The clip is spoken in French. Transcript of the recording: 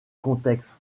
contexte